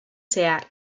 zehar